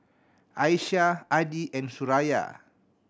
Aisyah Adi and Suraya